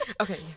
Okay